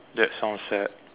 that sounds sad